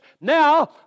now